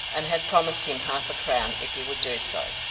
and had promised him half-a-crown if he would do so.